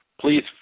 please